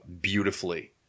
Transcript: beautifully